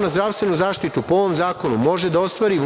na zdravstvenu zaštitu po ovom zakonu može da ostvari